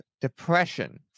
depression